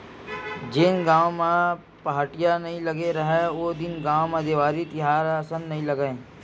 जेन गाँव गंवई म पहाटिया नइ लगे राहय ओ दिन तो गाँव म देवारी तिहार असन नइ लगय,